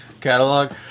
catalog